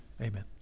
amen